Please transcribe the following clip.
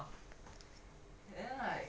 then like